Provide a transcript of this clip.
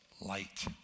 light